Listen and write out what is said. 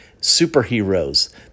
superheroes